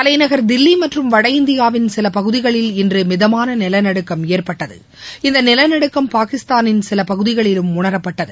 தலைநகர் தில்லி மற்றும் வட இந்தியாவின் சில பகுதிகளில் இன்று மிதமான நிலநடுக்கம் ஏற்பட்டது இந்த நிலநடுக்கம் பாகிஸ்தானின் சில பகுதிகளிலும் உணரப்பட்டது